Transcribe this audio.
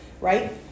Right